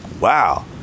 wow